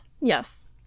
Yes